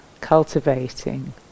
cultivating